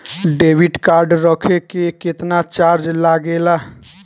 Debit card रखे के केतना चार्ज लगेला?